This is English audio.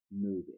movie